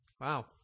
Wow